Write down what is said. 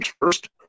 first